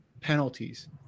penalties